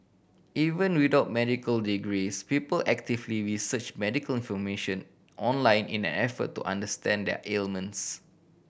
even without medical degrees people actively research medical information online in an effort to understand their ailments